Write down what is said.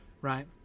right